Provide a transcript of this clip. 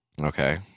Okay